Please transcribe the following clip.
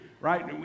right